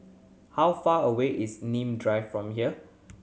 how far away is Nim Drive from here